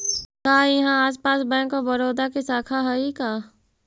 का इहाँ आसपास बैंक ऑफ बड़ोदा के शाखा हइ का?